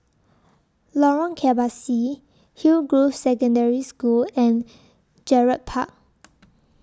Lorong Kebasi Hillgrove Secondary School and Gerald Park